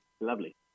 lovely